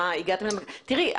תראי,